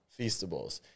feastables